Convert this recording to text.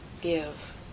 Give